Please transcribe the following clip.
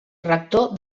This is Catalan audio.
rector